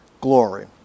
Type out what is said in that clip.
glory